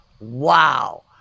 wow